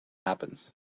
happens